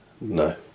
No